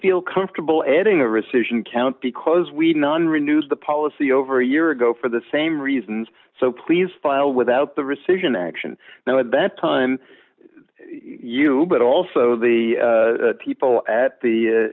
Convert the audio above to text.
feel comfortable adding a rescission count because we none renewed the policy over a year ago for the same reasons so please file without the rescission action now at that time you but also the people at the